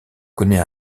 connaît